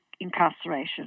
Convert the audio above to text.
incarceration